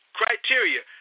criteria